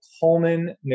Coleman